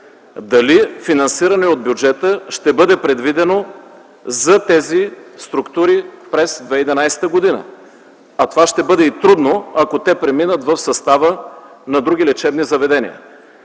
дали финансиране от бюджета ще бъде предвидено за тези структури през 2011 г., а това ще бъде и трудно, ако те преминат в състава на други лечебни заведения.